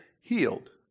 healed